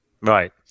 Right